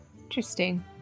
Interesting